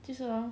就是 lor